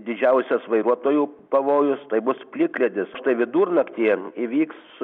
didžiausias vairuotojų pavojus tai bus plikledis štai vidurnaktyje įvyks